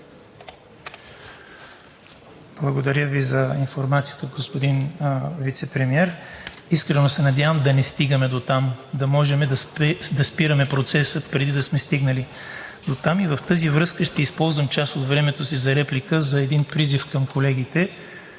Благодаря Ви за информацията, господин Вицепремиер. Искрено се надявам да не стигаме дотам, да можем да спираме процеса преди да сме стигнали дотам. И в тази връзка, ще използвам част от времето си за реплика, за един призив към колегите.